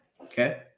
Okay